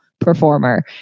performer